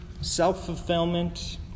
self-fulfillment